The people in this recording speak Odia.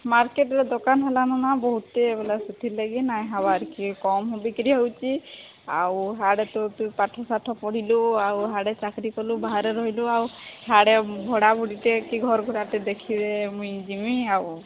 ମାର୍କେଟରେ ଦୋକାନ ହେଲାନୁ ନା ବହୁତେ ବଲେ ସେଥିର ଲାଗି ନାଇଁ ହବାର୍ କେ କମ୍ ବିକ୍ରିରି ହଉଚି ଆଉ ହାଡ଼େ ତୁ ତୁ ପାଠ ସାଠ ପଢ଼ିଲୁ ଆଉ ହାଡ଼େ ଚାକିରି କଲୁ ବାହାରେ ରହିଲୁ ଆଉ ହାଡ଼େ ଭଡ଼ା ଭୁଡ଼ିଟେ କି ଘର ଘୋଡ଼ାଟେ ଦେଖିବେ ମୁଇଁ ଯିମି ଆଉ